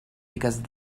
because